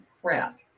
crap